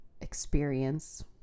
experience